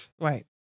Right